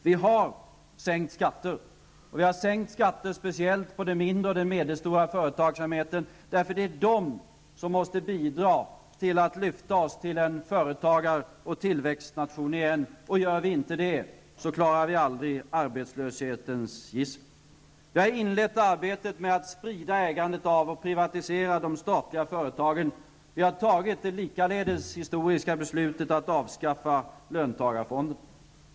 Vi har sänkt skatter, och vi har sänkt skatter speciellt för de mindre och medelstora företagen, eftersom det är de som måste bidra till att lyfta oss till en företagaroch tillväxtnation igen. Gör vi inte det så klarar vi aldrig arbetslöshetens gissel. Vi har inlett arbetet med att sprida ägandet och privatisera de statliga företagen. Vi har fattat det likaledes historiska beslutet att avskaffa löntagarfonderna.